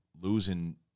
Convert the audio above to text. losing